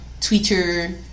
Twitter